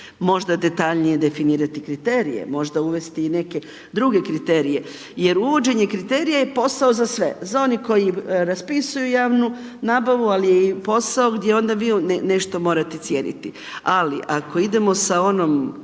možda detaljnije definirati kriterije, možda uvesti i neke druge kriterije jer uvođenje kriterija je posao za sve, za one koji raspisuju javnu nabavu, ali je i posao gdje onda vi nešto morate cijeniti, ali ako idemo sa onom